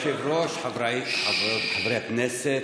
אדוני היושב-ראש, חבריי חברות וחברי הכנסת,